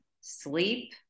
sleep